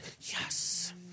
Yes